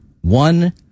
one